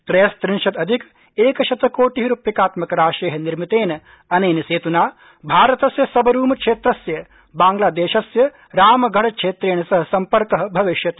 त्रयस्रिंशदधिक किशतकोटि रूप्यकात्मक राशे निर्मितेन अनेन सेतूना भारतस्य सबरूम क्षेत्रस्य बांग्लादेशस्य रामगढ़ क्षेत्रेण सह सम्पर्क भविष्यति